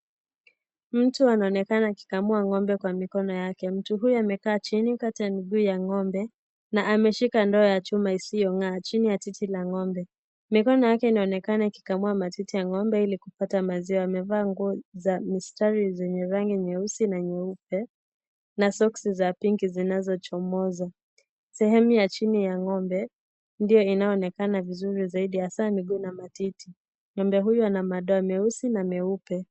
Mtu anaonekana akikamua ng'ombe kwa mikono yake mtu huyo amekaa chini kati ya miguu ya ng'ombe na ameshika ndoo ya chuma isiyo ngaa chini ya titi ya ng'ombe mikono yake inaonekana ikikamua matiti ya ng'ombe ilikupata maziwa amevaa nguo za misitari zenye rangi nyeusi na nyeupe na sokisi za pinki zinazo chomoza sehemu ya chini ya ng'ombe ndio inayoonekana vizuri zaidi hasaa miguu na matiti ng'ombe huyu anamadoa meusi na meupe .